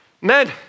Men